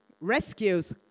rescues